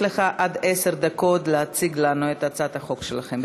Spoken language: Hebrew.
יש לך עד עשר דקות להציג לנו את הצעת החוק שלכם.